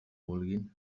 vulguin